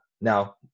now